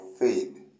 faith